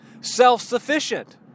self-sufficient